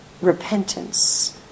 repentance